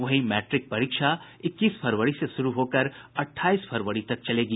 वहीं मैट्रिक परीक्षा इक्कीस फरवरी से शुरू होकर अठाईस फरवरी तक चलेगी